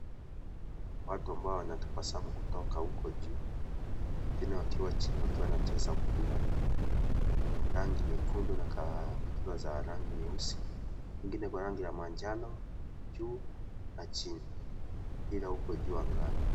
Watu ambao wanatabasamu kutoka huko juu, wengine wakiwa chini wakiwa wanacheza mpira, wenye rangi nyekundu na kaptura za rangi nyeusi. Wengine kwa rangi ya manjano, juu na chini. Mpira uko juu angani.